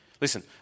listen